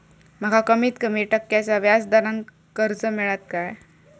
माका कमीत कमी टक्क्याच्या व्याज दरान कर्ज मेलात काय?